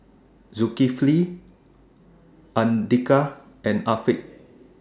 Zulkifli Andika and Afiq